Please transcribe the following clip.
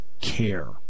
care